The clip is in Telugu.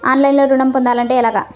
ఆన్లైన్లో ఋణం పొందాలంటే ఎలాగా?